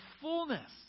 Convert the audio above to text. fullness